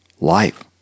life